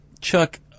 Chuck